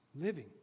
living